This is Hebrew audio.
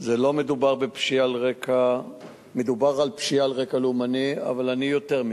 מדובר בפשיעה על רקע לאומני, אבל יותר מכך,